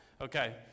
Okay